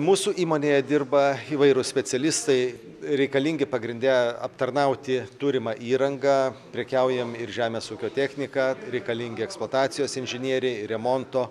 mūsų įmonėje dirba įvairūs specialistai reikalingi pagrinde aptarnauti turimą įrangą prekiaujam ir žemės ūkio technika reikalingi eksploatacijos inžinieriai remonto